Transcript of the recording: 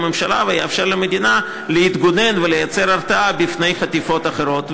שיאפשר לממשלה ויאפשר למדינה להתגונן ולייצר התרעה בפני חטיפות אחרות.